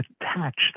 attached